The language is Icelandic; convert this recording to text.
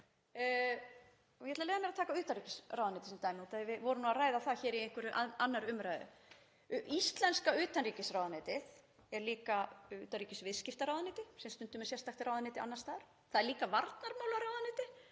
ég ætla leyfa mér að taka utanríkisráðuneytið sem dæmi út af því við vorum að ræða það hér í einhverri annarri umræðu: Íslenska utanríkisráðuneytið er líka utanríkisviðskiptaráðuneyti, sem stundum er sérstakt ráðuneyti annars staðar. Það er líka varnarmálaráðuneyti,